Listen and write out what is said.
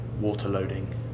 water-loading